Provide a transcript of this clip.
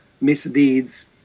misdeeds